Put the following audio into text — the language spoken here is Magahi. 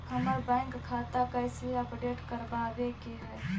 हमर बैंक खाता कैसे अपडेट करबाबे के है?